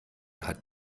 hat